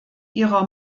ihrer